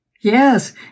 Yes